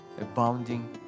abounding